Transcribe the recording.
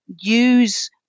use